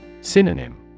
Synonym